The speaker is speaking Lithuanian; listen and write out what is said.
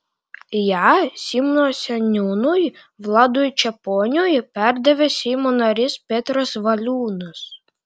ją simno seniūnui vladui čeponiui perdavė seimo narys petras valiūnas